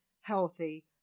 healthy